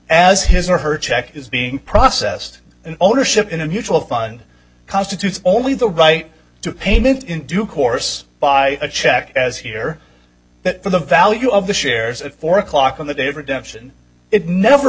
as his or her check is being processed an ownership in a mutual fund constitutes only the right to payment in due course by a check as here but for the value of the shares at four o'clock on the day of redemption it never